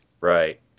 Right